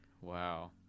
Wow